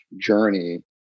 journey